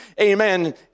amen